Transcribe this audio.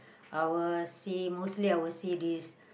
I will see mostly I will see this